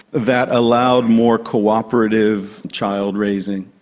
that allowed more cooperative child raising,